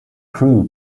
crew